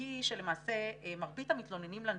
והיא שלמעשה מרבית המתלוננים לנציבות,